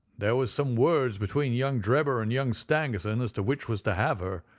there was some words between young drebber and young stangerson as to which was to have her.